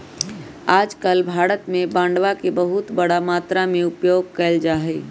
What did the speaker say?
आजकल भारत में बांडवा के बहुत बड़ा मात्रा में उपयोग कइल जाहई